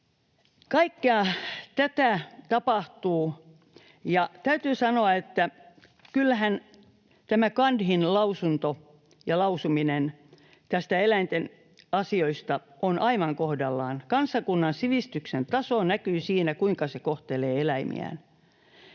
Kaikkea tätä tapahtuu, ja täytyy sanoa, että kyllähän tämä Gandhin lausunto ja lausuminen eläinten asioista on aivan kohdallaan: kansakunnan sivistyksen taso näkyy siinä, kuinka se kohtelee eläimiään.